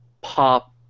pop